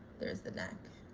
there's the neck.